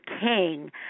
King